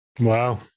wow